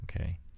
Okay